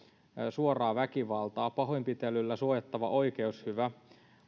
suoraa väkivaltaa pahoinpitelyllä suojattava oikeushyvä